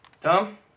Tom